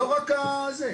לא רק הזה.